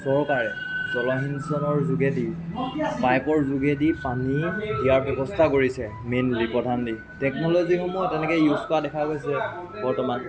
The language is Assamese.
চৰকাৰে জলসিঞ্চনৰ যোগেদি পাইপৰ যোগেদি পানী দিয়াৰ ব্যৱস্থা কৰিছে মেইনলি প্ৰধানলি টেকনলজিসমূহ তেনেকৈ ইউজ কৰা দেখা গৈছে বৰ্তমান